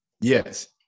Yes